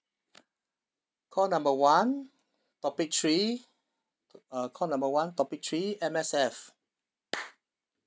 call number one topic three uh call number one topic three M_S_F